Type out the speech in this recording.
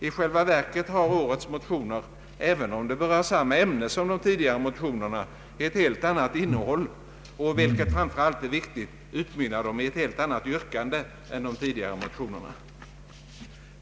I själva verket har årets motioner — även om de berör samma ämne som de tidigare motionerna — helt annat innehåll och utmynnar, vilket framför allt är viktigt, i ett helt annat yrkande än de tidigare motionerna.